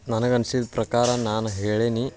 ನನಗೆ ಅನ್ಸಿದ ಪ್ರಕಾರ ನಾನು ಹೇಳೀನಿ